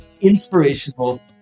inspirational